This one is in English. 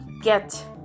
get